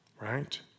right